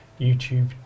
YouTube